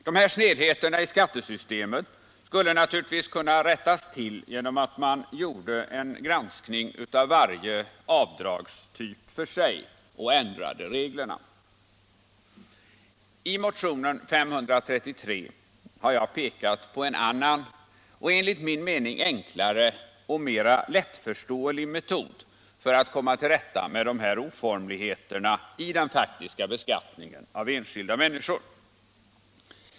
Dessa snedheter i skattesystemet skulle naturligtvis kunna rättas till genom att man gjorde en granskning av varje avdragstyp för sig och ändrade reglerna. I motionen 533 har jag pekat på en annan och enligt min mening enklare och mera lättförståelig metod för att komma till rätta med de här oformligheterna i den faktiska beskattningen av enskilda människor.